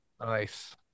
nice